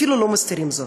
אפילו לא מסתירים זאת.